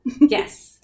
Yes